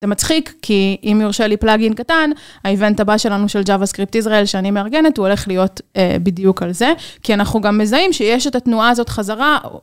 זה מצחיק, כי אם יורשה לי פלאגין קטן, האיוונט הבא שלנו, של JavaScript Israel שאני מארגנת, הוא הולך להיות בדיוק על זה, כי אנחנו גם מזהים שיש את התנועה הזאת חזרה.